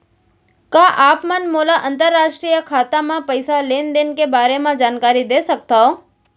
का आप मन मोला अंतरराष्ट्रीय खाता म पइसा लेन देन के बारे म जानकारी दे सकथव?